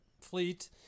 fleet